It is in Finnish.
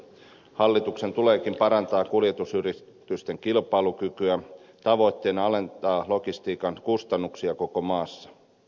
hallituksen tuleekin parantaa kuljetusyritysten kilpailukykyä tavoitteena alentaa logistiikan kustannuksia koko maassa